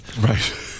Right